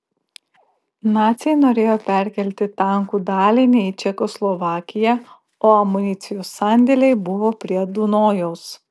naciai norėjo perkelti tankų dalinį į čekoslovakiją o amunicijos sandėliai buvo prie dunojaus